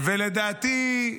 לדעתי,